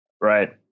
right